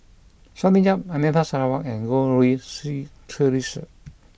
Sonny Yap Anita Sarawak and Goh Rui Si Theresa